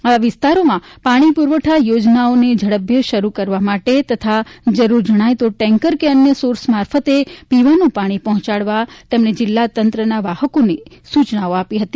આવા વિસ્તારરોમાં પાણી પુરવઠા યોજનાઓને ઝડપભેર શરૂ કરવા માટે તથા જરૂર જણાય તો ટેન્કર કે અન્ય સોર્સ મારફતે પીવાનું પાણી પહોંચાડવા તેમણે જિલ્લાતના તંત્ર વાહકોને સુચનાઓ આપી હતી